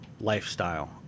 lifestyle